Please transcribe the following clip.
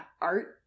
art